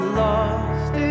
lost